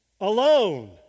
alone